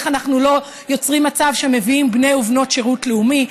איך אנחנו לא יוצרים מצב שמביאים בני ובנות שירות לאומי,